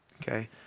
okay